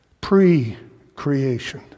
Pre-creation